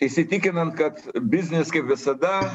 įsitikinant kad biznis kaip visada